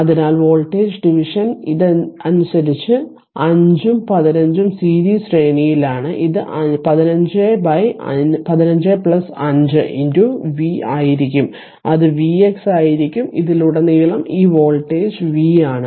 അതിനാൽ voltage division അനുസരിച്ച് 5 ഉം 15 സീരീസ് ശ്രേണിയിലാണ് ഇത് 1515 5 v ആയിരിക്കും അത് vx ആയിരിക്കും ഇതിലുടനീളം ഈ വോൾട്ടേജ് v ആണ്